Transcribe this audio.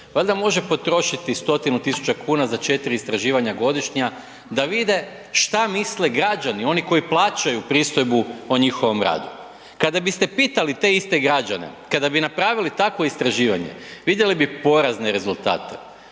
valjda može potrošiti 100.000 kuna za četiri istraživanja godišnja da vide šta misle građani oni koji plaćaju pristojbu o njihovom radu. Kada biste pitali te iste građane, kada bi napravili takvo istraživanje vidjeli bi porazne rezultate.